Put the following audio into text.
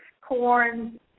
corn